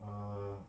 err